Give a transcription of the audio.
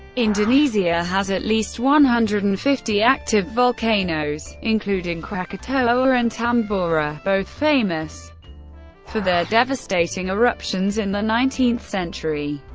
indonesia has at least one hundred and fifty active volcanoes, including krakatoa and tambora, both famous for their devastating eruptions in the nineteenth century.